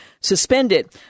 suspended